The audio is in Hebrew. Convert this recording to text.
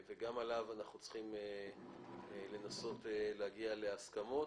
גם עליו אנחנו צריכים להגיע להסכמות.